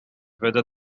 whether